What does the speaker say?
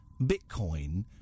Bitcoin